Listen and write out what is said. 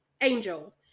Angel